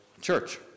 church